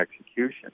execution